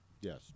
Yes